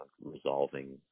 resolving